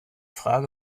frage